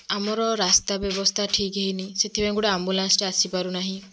ଆମର ରାସ୍ତା ବ୍ୟବସ୍ଥା ଠିକ୍ ହୋଇନି ସେଥିପାଇଁ ଗୋଟେ ଆମ୍ବୁଲାନ୍ସଟେ ଆସିପାରୁନାହିଁ